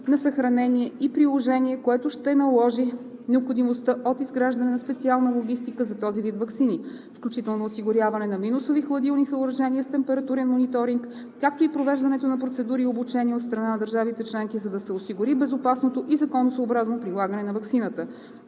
на съхранение и приложение, което ще наложи необходимостта от изграждане на специална логистика за този вид ваксини, включително осигуряване от на минусови хладилни съоръжения с температурен мониторинг, както и провеждането на процедури и обучения от страна на държавите членки, за да се осигури безопасното и законосъобразно прилагане на ваксината.